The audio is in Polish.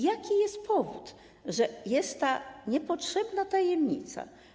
Jaki jest powód tego, że jest ta niepotrzebna tajemnica?